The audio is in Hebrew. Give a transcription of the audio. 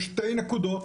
יש שתי נקודות